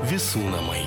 visų namai